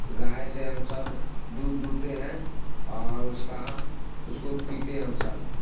گائے سے ہم سب دودھ دوہتے ہیں اور اس کا اس کو پیتے ہم سب